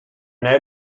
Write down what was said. now